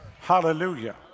Hallelujah